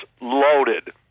loaded